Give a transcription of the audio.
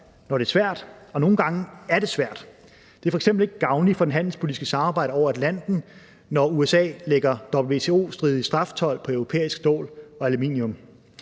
når det er svært, og nogle gange er det svært. Det er f.eks. ikke gavnligt for det handelspolitiske samarbejde over Atlanten, når USA lægger WTO-stridig straftold på europæisk stål og aluminium.